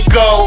go